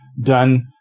done